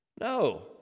No